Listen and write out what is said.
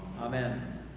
Amen